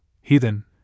heathen